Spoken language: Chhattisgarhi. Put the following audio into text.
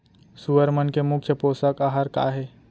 सुअर मन के मुख्य पोसक आहार का हे?